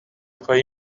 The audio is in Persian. پایی